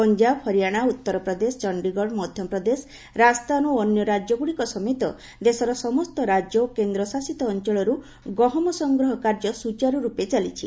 ପଞ୍ଜାବ ହରିୟାନା ଉତ୍ତରପ୍ରଦେଶ ଚଣ୍ଡିଗଡ ମଧ୍ୟପ୍ରଦେଶ ରାଜସ୍ଥାନ ଓ ଅନ୍ୟ ରାଜ୍ୟଗୁଡିକ ସମେତ ଦେଶର ସମସ୍ତ ରାଜ୍ୟ ଓ କେନ୍ଦ୍ରଶାସିତ ଅଞ୍ଚଳରୁ ଗହମ ସଂଗ୍ରହ କାର୍ଯ୍ୟ ସୂଚାରରୂପେ ଚାଲିଛି